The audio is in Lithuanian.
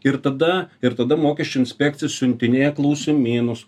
ir tada ir tada mokesčių inspekcija išsiuntinėja klausimynus